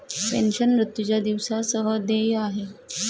pension, मृत्यूच्या दिवसा सह देय आहे